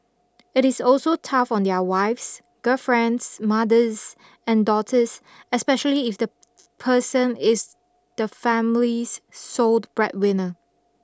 it is also tough on their wives girlfriends mothers and daughters especially if the person is the family's soled breadwinner